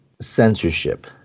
censorship